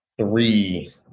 three